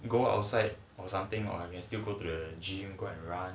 go outside or something or you can still go to the gym